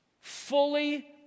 fully